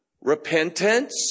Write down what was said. repentance